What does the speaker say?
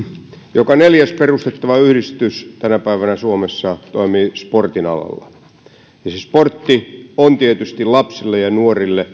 joka neljäs perustettava yhdistys tänä päivänä suomessa toimii sportin alalla sportti on tietysti lapsille ja nuorille